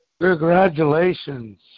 Congratulations